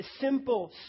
simple